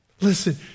Listen